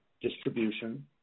distribution